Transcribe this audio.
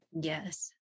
Yes